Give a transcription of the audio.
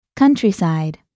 Countryside